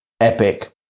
Epic